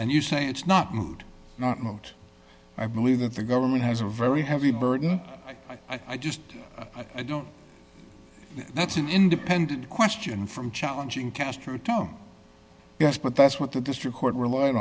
and you say it's not rude not not i believe that the government has a very heavy burden i just i don't that's an independent question from challenging castro town yes but that's what the district court relied